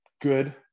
good